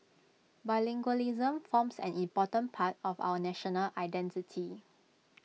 bilingualism forms an important part of our national identity